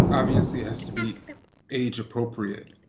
obviously, has to be age appropriate.